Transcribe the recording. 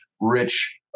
rich